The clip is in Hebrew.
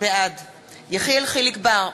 בעד יחיאל חיליק בר,